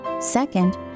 Second